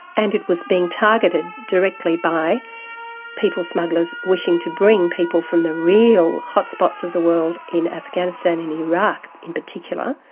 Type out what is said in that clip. and it was being targeted directly by people smugglers wishing to bring people from the real hotspots of the world in afghanistan, in iraq in particular,